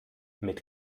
mit